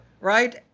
Right